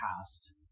past